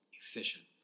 efficient